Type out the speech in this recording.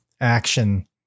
action